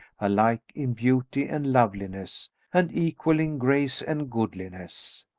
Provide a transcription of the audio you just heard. alike in beauty and loveliness and equal in grace and goodliness.